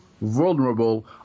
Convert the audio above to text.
vulnerable